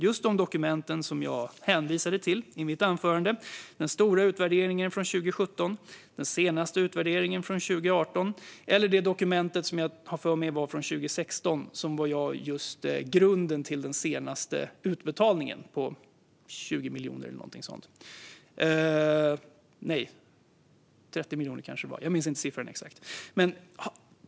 Jag hänvisade till flera dokument i mitt tidigare anförande: den stora utvärderingen från 2017, den senaste utvärderingen från 2018 och det dokument som jag har för mig var från 2016 och som var grunden till den senaste utbetalningen på 20 eller 30 miljoner eller någonting sådant - jag minns inte den exakta siffran.